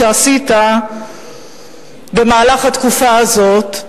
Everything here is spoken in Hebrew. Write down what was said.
שעשית במהלך התקופה הזאת.